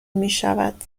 میشود